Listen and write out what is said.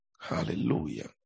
Hallelujah